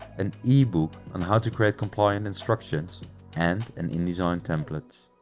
an ebook on how to create compliant instructions and an indesign template.